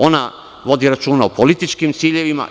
Ona vodi računa o političkim ciljevima.